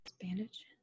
Bandage